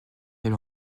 elle